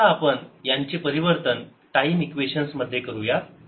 आता आपण यांचे परिवर्तन टाईम इक्वेशन्स मध्ये करूयात